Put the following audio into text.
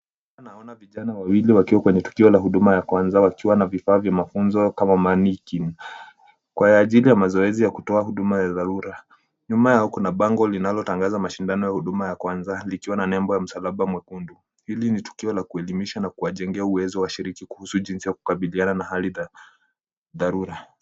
Hapa naona vijana wawili wakiwa kwenye tukio la huduma ya kwanza wakiwa na vifaa vya mafunzo kama mannequin kwa ajili ya mazoezi ya kutoa huduma ya dharura. Nyuma yao kuna bango linalotangaza mashindano ya huduma ya kwanza likiwa na nembo ya msalaba mwekundu. Hili ni tukio la kuelimisha na kuwajengea uwezo washiriki kuhusu jinsi ya kukabiliana na hali za dharura.